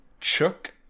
Chuck